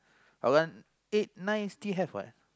eight nine still have what